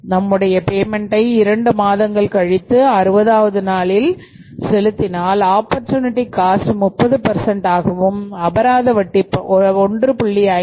நம்முடைய பேமெண்ட்டை2 மாதங்கள் கழித்து 60 ஆவது நாளில் செலுத்தினால் ஆப்பர்சூனிட்டி காஸ்ட் 30 ஆகவும் அபராத வட்டி 1